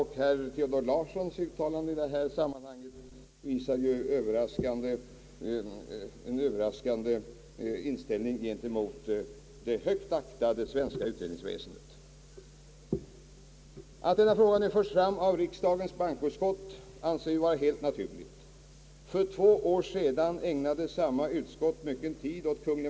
Herr Theodor Larssons uttalande i detta sammanhang ger uttryck för en överraskande inställning gentemot det högt aktade svenska utredningsväsendet. Att denna fråga nu förs fram av riksdagens bankoutskott anser vi vara helt naturligt. För två år sedan ägnade samma utskott mycken tid åt Kunegl.